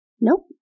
Nope